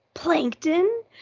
Plankton